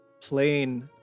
plain